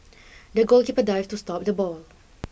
the goalkeeper dived to stop the ball